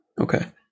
Okay